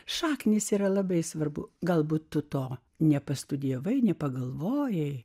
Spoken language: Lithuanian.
šaknys yra labai svarbu galbūt tu to nė pastudijavai nepagalvojai